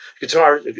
guitar